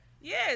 Yes